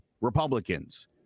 Republicans